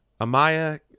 Amaya